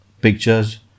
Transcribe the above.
pictures